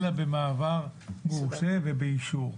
אלא במעבר מורשה ובאישור.